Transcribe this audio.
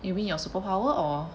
you mean your superpower or